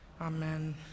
Amen